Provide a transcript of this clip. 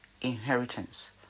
inheritance